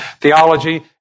Theology